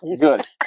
Good